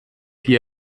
die